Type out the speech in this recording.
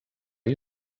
you